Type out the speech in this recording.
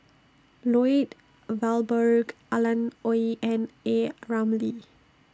Lloyd Valberg Alan Oei and A Ramli